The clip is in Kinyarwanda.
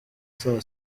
saa